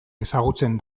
ezagutzen